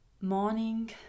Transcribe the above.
morning